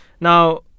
Now